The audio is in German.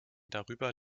darüber